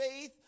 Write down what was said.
faith